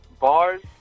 bars